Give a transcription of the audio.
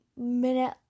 minute